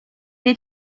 est